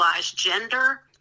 gender